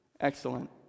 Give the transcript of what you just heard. Excellent